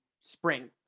spring